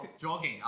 jogging